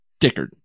Dickard